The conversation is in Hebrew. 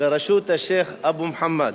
בראשות השיח' אבו מוחמד,